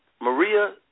Maria